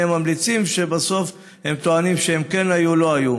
ממליצים שבסוף הם טוענים שהם כן היו או לא היו.